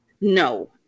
No